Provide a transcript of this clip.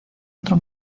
otro